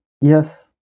Yes